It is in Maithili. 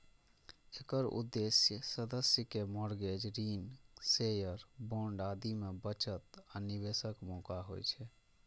एकर उद्देश्य सदस्य कें मार्गेज, ऋण, शेयर, बांड आदि मे बचत आ निवेशक मौका देना होइ छै